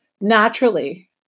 naturally